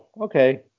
okay